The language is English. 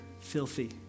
filthy